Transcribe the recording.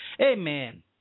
Amen